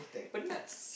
eh penat